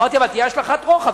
אמרתי: אבל תהיה השלכת רוחב.